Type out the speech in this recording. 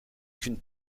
qu’une